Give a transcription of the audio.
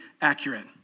accurate